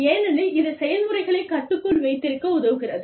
ஏனெனில் இது செயல்முறைகளைக் கட்டுக்குள் வைத்திருக்க உதவுகிறது